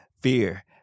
fear